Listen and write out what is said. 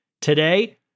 Today